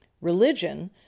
Religion